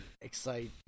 excite